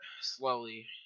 slowly